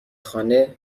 خانه